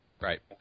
Right